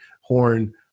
horn